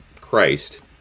Christ